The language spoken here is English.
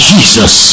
Jesus